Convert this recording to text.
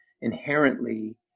inherently